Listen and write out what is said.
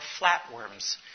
flatworms